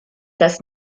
das